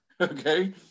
Okay